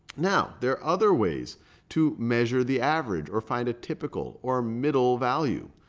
now there are other ways to measure the average or find a typical or middle value.